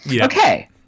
Okay